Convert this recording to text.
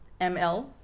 ML